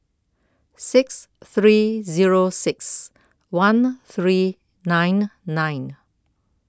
six three zero six one three nine nine